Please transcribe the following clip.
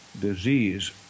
disease